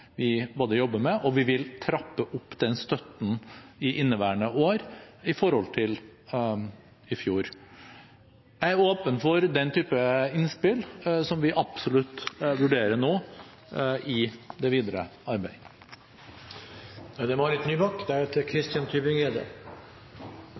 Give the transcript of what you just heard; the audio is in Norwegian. vi jobber med, og vi vil trappe opp den støtten i inneværende år i forhold til i fjor. Jeg er åpen for den typen innspill, som vi absolutt vurderer nå i det videre